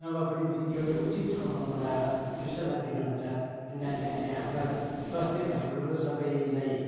नभए पनि एउटा उचित ठाउँमा बोलाएर सूचना दिनुहुन्छ अनि नानीहरूले हाम्रो स्वास्थ्य भन्ने कुरो सबैलाई